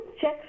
check